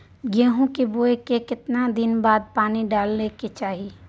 गेहूं के बोय के केतना दिन बाद पानी डालय के चाही?